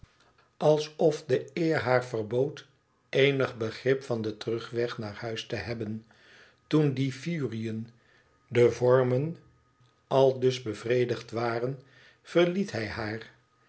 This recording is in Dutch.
alsof de eer haar verbood eenig begrip van den terugweg naar huis te hebben toen die furiën de vormen aldus bevredigd waren verliet hij haar